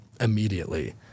immediately